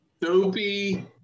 Dopey